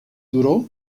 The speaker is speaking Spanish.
duró